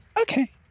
okay